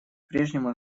прежнему